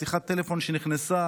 שיחת טלפון שנכנסה